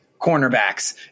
cornerbacks